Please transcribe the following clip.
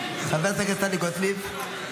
--- חברת הכנסת טלי גוטליב, את מפריעה.